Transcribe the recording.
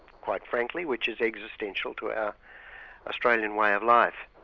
quite frankly, which is existential to our australian way of life.